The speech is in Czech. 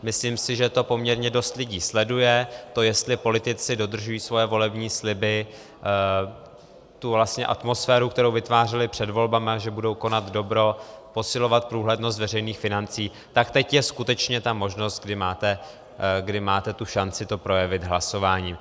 Myslím si, že to poměrně dost lidí sleduje, to, jestli politici dodržují svoje volební sliby, tu atmosféru, kterou vytvářeli před volbami, že budou konat dobro, posilovat průhlednost veřejných financí, tak teď je skutečně ta možnost, kdy máte šanci projevit to hlasováním.